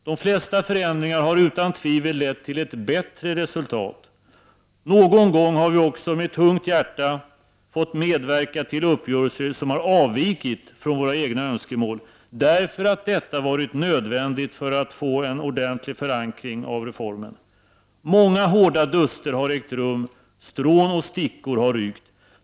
De flesta förändringar har utan tvivel lett till ett bättre resultat. Någon gång har vi också med tungt hjärta fått medverka till uppgörelser som har avvikit från våra egna önskemål, därför att detta har varit nödvändigt för att vi skulle få en nödvändig förankring av reformen. Många hårda duster har ägt rum. Strån och stickor har rykt.